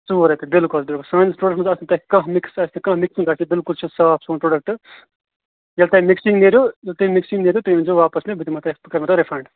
ژوٚوُہ رۅپیہِ بِلکُل بِلکُل سٲنِس پرٛوڈکٹس منٛز آسَن نہٕ کانٛہہ مِکٕس آسہِ نہٕ کانٛہہ مِکسِنٛگ آسہِ نہٕ بِلکُل چھُ صاف سون پرٛوڈیکٹہٕ ییٚلہِ تُہۍ مِکسِنٛگ نیروٕ ییٚلہِ تُہۍ مِکسِنٛگ نیروٕ تُہۍ أنۍزیٚو واپس مےٚ بہٕ دِمہو تۅہہِ بہٕ کرہو تۅہہِ رِفنٛڈ